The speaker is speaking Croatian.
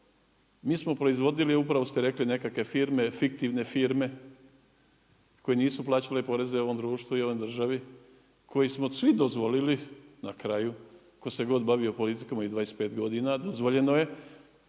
Mi smo proizvodili, upravo ste rekli nekakve firme, fiktivne firme koje nisu plaćale poreze ovom društvu i ovoj državi, koje smo svi dozvolili, na kraju, tko se god bavio politikom ovih 25 godina dozvoljeno je